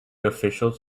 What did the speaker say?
officials